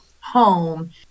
Home